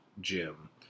Jim